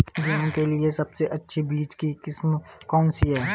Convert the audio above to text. गेहूँ के लिए सबसे अच्छी बीज की किस्म कौनसी है?